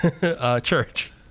church